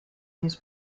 his